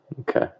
Okay